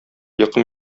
йокым